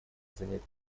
занять